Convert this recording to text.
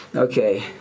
Okay